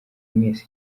mwese